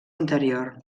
interior